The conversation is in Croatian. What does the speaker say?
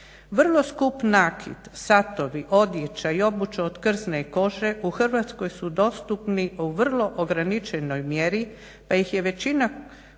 Vrlo skup nakit, satovi, odjeća i obuća od krznene kože u Hrvatskoj su dostupni u vrlo ograničenoj mjeri, pa ih je većina kupaca